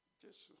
Jesus